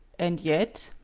and yet,